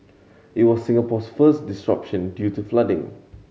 it was Singapore's first disruption due to flooding